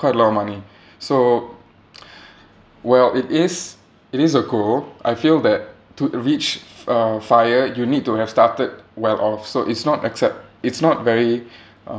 quite a lot of money so well it is it is a goal I feel that to reach uh fire you need to have started well off so it's not except it's not very uh